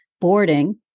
boarding